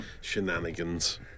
shenanigans